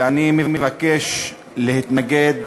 ואני מבקש להתנגד